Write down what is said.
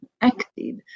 acted